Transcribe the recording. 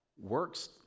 Works